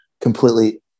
completely